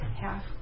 half